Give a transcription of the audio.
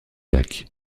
lac